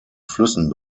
flüssen